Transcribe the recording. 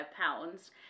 pounds